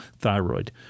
thyroid